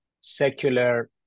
secular